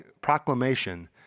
proclamation